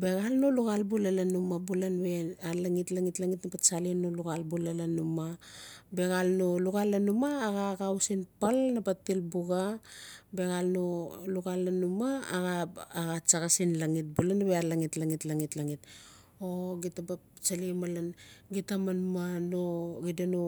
bexal no luxal bula lan umaa bula nave a laxit-laxit-laxit o gaa tsalen no luxal bula lan umaa bexal no luxal lan umaa a gaa axau sin pal na baa til buxa bexal no luxal lan umaa a gaa tsage sin laxit bula nave laxit-laxit-laxit o xeta baa tsalai malan xeta manman no xeta no.